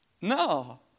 No